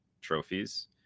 trophies